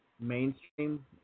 mainstream